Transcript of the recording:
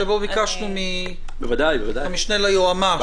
שבו ביקשנו מהמשנה ליועץ המשפטי --- בוודאי.